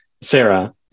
Sarah